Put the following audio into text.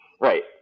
right